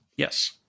Yes